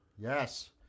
Yes